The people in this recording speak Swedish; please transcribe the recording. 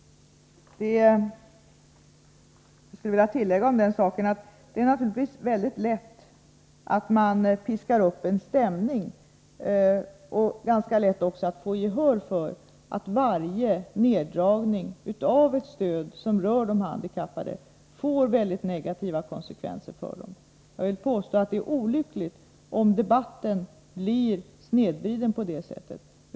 Jag vill tillägga att det naturligtvis är väldigt lätt att piska upp en stämning, och också ganska lätt att få gehör för uppfattningen att varje neddragning av ett stöd som rör de handikappade får mycket negativa konsekvenser för dem. Det är olyckligt, vill jag påstå, om debatten blir snedvriden på det sättet.